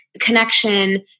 connection